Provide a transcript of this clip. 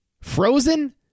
Frozen